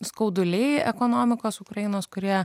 skauduliai ekonomikos ukrainos kurie